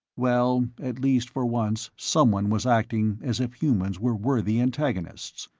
well, at least for once someone was acting as if humans were worthy antagonists.